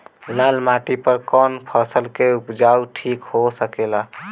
लाल माटी पर कौन फसल के उपजाव ठीक हो सकेला?